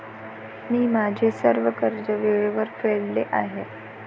मी माझे सर्व कर्ज वेळेवर फेडले आहे